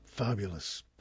Fabulous